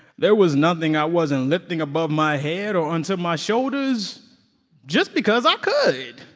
there was nothing i wasn't lifting above my head or onto my shoulders just because i could.